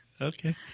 Okay